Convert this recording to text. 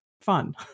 fun